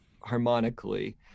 harmonically